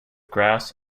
grass